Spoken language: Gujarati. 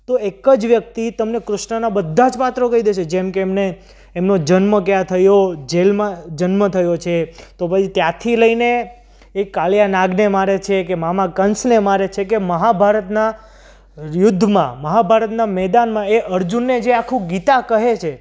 તો એક જ વ્યક્તિ તમને કૃષ્નના બધા જ પાત્રો કહી દેશે જેમ કે એમને એમનો જન્મ ક્યાં થયો જેલમાં જન્મ થયો છે તો પછી ત્યાંથી લઈને એ કાલિયા નાગને મારે છે કે મામા કંસને મારે છે કે મહાભારતના યુદ્ધમાં મહાભારતના મેદાનમાં એ અર્જુનને જે આખું ગીત કહે છે